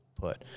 put